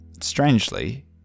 strangely